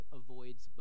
avoids